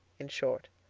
in short,